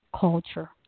culture